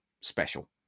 special